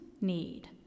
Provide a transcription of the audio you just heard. need